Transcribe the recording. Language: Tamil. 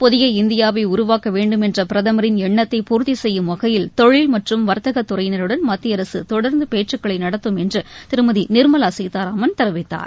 புதிய இந்தியாவை உருவாக்க வேண்டும் என்ற பிரதமரின் எண்ணத்தை பூர்த்தி செய்யும் வகையில் தொழில் மற்றும் வர்த்தகத் துறையினருடன் மத்திய அரசு தொடர்ந்து பேச்சுக்களை நடத்தும் என்று திருமதி நிர்மலா சீதாராமன் தெரிவித்தார்